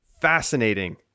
Fascinating